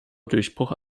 durchbruch